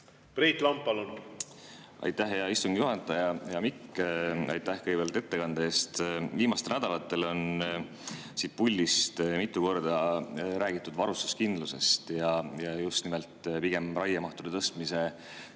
langetada. Aitäh, hea istungi juhataja! Hea Mikk, aitäh kõigepealt ettekande eest! Viimastel nädalatel on siit puldist mitu korda räägitud varustuskindlusest ja just nimelt pigem raiemahtude tõstmise